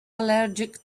allergic